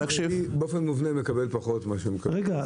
--- באופן מובנה מקבל פחות מאשר מקבל --- רגע,